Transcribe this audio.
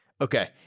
Okay